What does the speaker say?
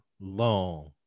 long